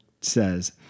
says